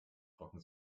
trocken